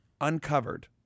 Uncovered